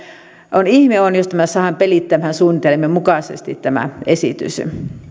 ihme on jos tämä esitys saadaan pelittämään suunnitelmien mukaisesti